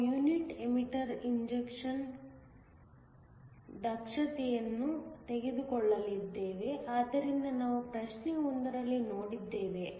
ನಾವು unity emitter injection ದಕ್ಷತೆಯನ್ನು ತೆಗೆದುಕೊಳ್ಳಲಿದ್ದೇವೆ ಆದ್ದರಿಂದ ನಾವು ಪ್ರಶ್ನೆ 1 ರಲ್ಲಿ ನೋಡಿದ್ದೇವೆ